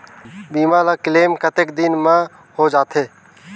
बीमा ला क्लेम कतेक दिन मां हों जाथे?